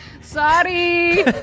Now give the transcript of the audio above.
Sorry